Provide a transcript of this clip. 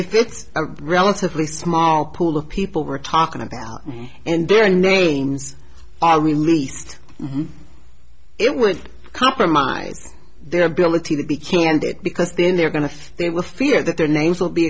if it's a relatively small pool of people we're talking about me and their names are released it would compromise their ability to be candid because then they're going to say they will fear that their names will be